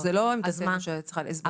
זה לא שאת צריכה לסבול.